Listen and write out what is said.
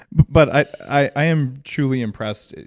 but i am truly impressed.